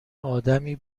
آدمی